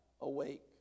awake